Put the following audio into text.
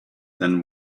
then